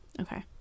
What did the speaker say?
Okay